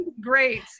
great